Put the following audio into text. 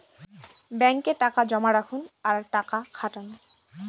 ব্যাঙ্কে টাকা জমা রাখুন আর টাকা খাটান